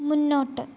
മുന്നോട്ട്